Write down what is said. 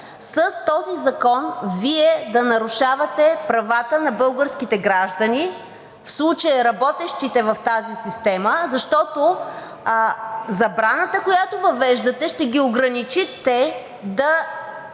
с този закон Вие да нарушавате правата на българските граждани, в случая работещите в тази система, защото забраната, която въвеждате, ще ги ограничи те да се